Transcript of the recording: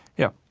yeah,